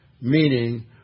meaning